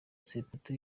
sepetu